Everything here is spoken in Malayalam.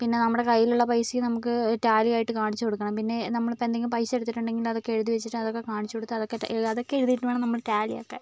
പിന്നെ നമ്മുടെ കൈയ്യിലുള്ള പൈസയും നമുക്ക് ടാലിയായിട്ട് കാണിച്ചുകൊടുക്കണം പിന്നെ നമ്മളിപ്പോൾ എന്തെങ്കിലും പൈസയെടുത്തിട്ടുണ്ടെങ്കിൽ അതൊക്കെ എഴുതിവെച്ചിട്ട് അതൊക്കെ കാണിച്ചുകൊടുത്ത് അതൊക്കെ ഇട്ട് അതൊക്കെ എഴുതിയിട്ടുവേണം നമ്മൾ ടാലിയാക്കാൻ